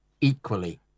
equally